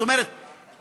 זאת אומרת חוקית.